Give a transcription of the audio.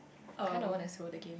kind of wanna slow the game